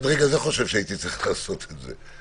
חושב שהייתי צריך לעשות את זה.